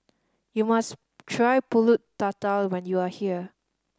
you must try Pulut Tatal when you are here